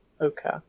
Okay